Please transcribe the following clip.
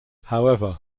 however